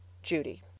Judy